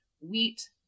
wheat